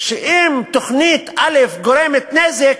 שאם תוכנית א' גורמת נזק,